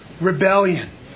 rebellion